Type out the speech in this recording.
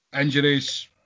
injuries